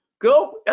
go